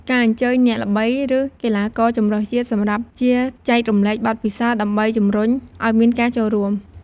ការអញ្ជើញអ្នកល្បីឬកីឡាករជម្រើសជាតិសម្រាប់ជាចែករំលែកបទពិសោធន៍ ដើម្បីជម្រុញអោយមានការចូលរួម។